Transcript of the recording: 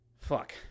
Fuck